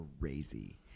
crazy